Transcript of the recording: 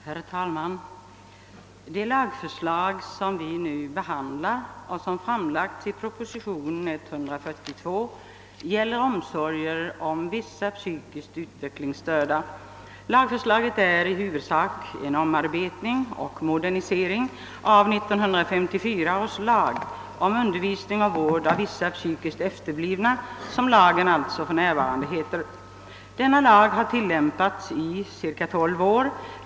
Herr talman! Det lagförslag som vi nu behandlar och som framlagts i proposition nr 142 gäller omsorgen om vissa psykiskt utvecklingsstörda. Lagförslaget är i huvudsak en omarbetning och modernisering av 1954 års lag om undervisning och vård av vissa psykiskt efterblivna, den benämning som lagen f.n. har. Denna lag har tillämpats under cirka 12 år.